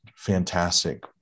fantastic